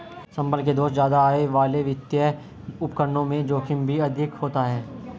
संभल के दोस्त ज्यादा आय वाले वित्तीय उपकरणों में जोखिम भी अधिक होता है